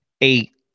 eight